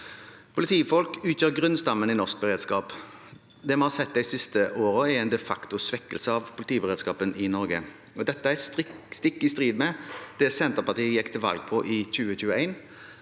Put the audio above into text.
Politifolk utgjør grunnstammen i norsk beredskap. Det vi har sett de siste årene, er en de facto svekkelse av politiberedskapen i Norge. Dette er stikk i strid med det Senterpartiet gikk til valg på i 2021.